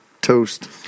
toast